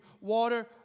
water